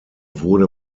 wurde